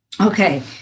Okay